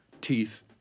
teeth